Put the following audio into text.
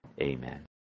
Amen